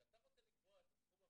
כשאתה רוצה לקבוע את הסכום המרבי,